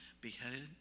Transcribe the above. beheaded